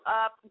up